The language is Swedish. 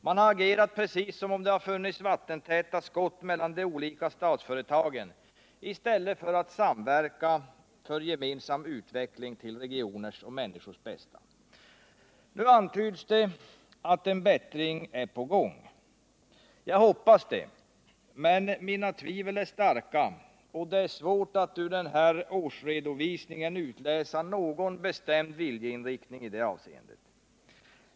Man har agerat precis som om det funnits vattentäta skott mellan de olika statsföretagen i stället för att samverka för gemensam utveckling till regioners och människors bästa. Nu antyds det att en bättring är på gång. Jag hoppas det, men mina tvivel är starka, och det är svårt att ur den här redovisningen utläsa någon bestämd viljeinriktning i det avseendet.